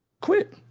quit